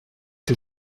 que